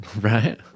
Right